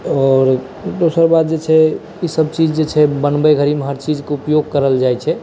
आओर दोसर बात जे छै ई सब चीज जे छै बनबै घरी मे हर चीज के उपयोग करल जाइ छै